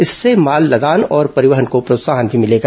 इससे माल लदान और परिवहन को प्रोत्साहन भी मिलेगा